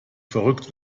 verrückt